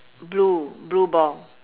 blue blue ball